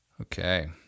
Okay